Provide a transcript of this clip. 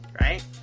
right